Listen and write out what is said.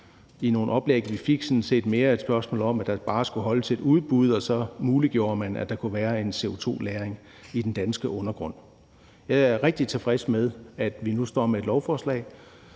i nogle oplæg, vi fik, sådan set mere et spørgsmål om, at der bare skulle afholdes et udbud, og så muliggjorde man, at der kunne være en CO2-lagring i den danske undergrund. Jeg er rigtig tilfreds med, at vi nu står med et lovforslag,